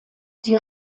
die